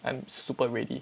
I'm super ready